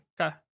Okay